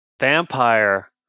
vampire